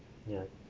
ya